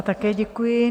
Také děkuji.